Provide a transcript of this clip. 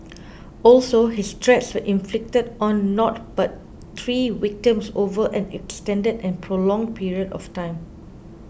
also his threats were inflicted on not but three victims over an extended and prolonged period of time